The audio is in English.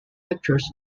lectures